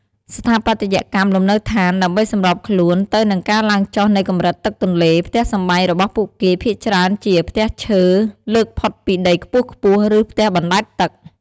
ស្ថាបត្យកម្មលំនៅឋាន ដើម្បីសម្របខ្លួនទៅនឹងការឡើងចុះនៃកម្រិតទឹកទន្លេ ផ្ទះសម្បែងរបស់ពួកគេភាគច្រើនជា ផ្ទះឈើលើកផុតពីដីខ្ពស់ៗ ឬ ផ្ទះបណ្ដែតទឹក។